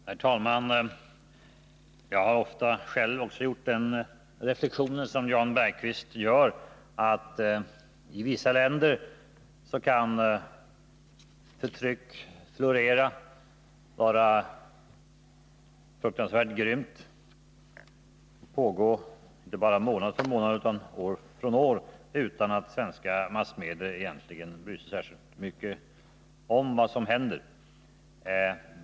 Herr talman! Jag har också själv ofta gjort den reflexion som Jan Bergqvist gör, att i vissa länder kan förtrycket florera, vara fruktansvärt grymt och pågå inte bara månad efter månad utan också år från år utan att svenska massmedia bryr sig så mycket om vad som händer.